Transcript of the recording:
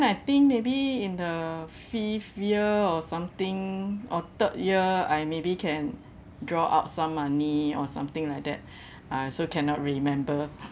I think maybe in the fifth year or something or third year I maybe can draw out some money or something like that I also cannot remember